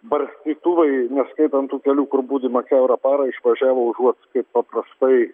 barstytuvai neskaitant tų kelių kur budima kiaurą parą išvažiavo užuot kaip paprastai